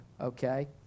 Okay